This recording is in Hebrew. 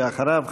ואחריו,